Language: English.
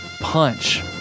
punch